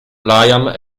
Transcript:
liam